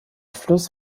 fluss